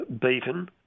beaten